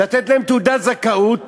לתת להם תעודת זכאות